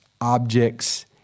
objects